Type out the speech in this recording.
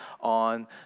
on